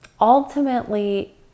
ultimately